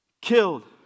killed